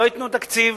לא ייתנו להם תקציב.